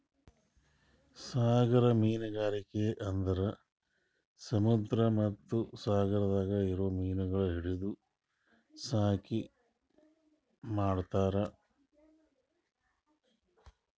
ಸಾಗರ ಮೀನುಗಾರಿಕೆ ಅಂದುರ್ ಸಮುದ್ರ ಮತ್ತ ಸಾಗರದಾಗ್ ಇರೊ ಮೀನಗೊಳ್ ಹಿಡಿದು ಸಾಕಿ ಮಾರ್ತಾರ್